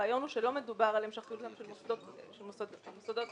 הרעיון הוא שלא מדובר על המשכיות של גמ"חים,